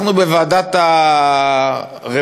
בוועדת העבודה,